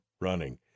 running